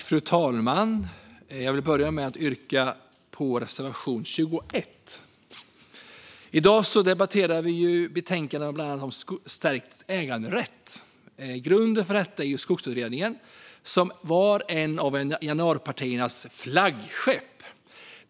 Fru talman! Jag vill börja med att yrka bifall till reservation 21. I dag debatterar vi ett betänkande om bland annat stärkt äganderätt. Grunden för detta är Skogsutredningen som var ett av januaripartiernas flaggskepp.